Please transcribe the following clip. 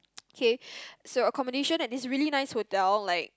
okay so accommodation at this really nice hotel like